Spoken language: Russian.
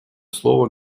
слово